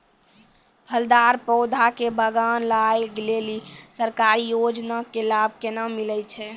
फलदार पौधा के बगान लगाय लेली सरकारी योजना के लाभ केना मिलै छै?